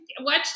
watch